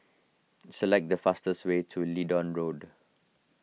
select the fastest way to Leedon Road